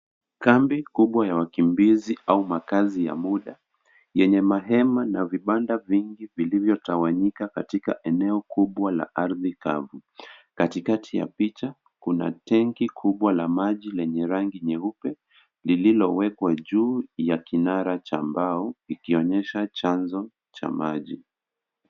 Kambi kubwa ya wakimbizi au makazi ya muda, yenye mahema na vibanda vingi vilivyotawanyika katika eneo kubwa la ardhi kavu. Katikati ya picha kuna tenki kubwa la maji lenye rangi nyeupe, lililowekwa juu ya kinara cha mbao ikionyesha chanzo cha maji.